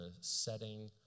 setting